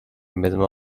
mismo